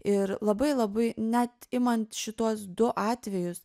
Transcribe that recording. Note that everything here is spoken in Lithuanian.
ir labai labai net imant šituos du atvejus